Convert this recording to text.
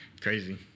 Crazy